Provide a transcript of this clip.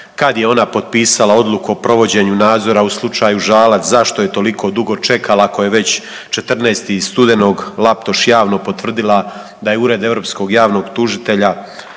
kad je ona potpisala Odluku o provođenju nadzora u slučaju Žalac? Zašto joj toliko dugo čekala ako je već 14.studenog Laptoš javno potvrdila da je Ured Europskog javnog tužitelja